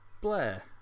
Blair